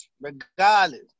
Regardless